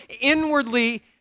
inwardly